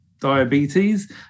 diabetes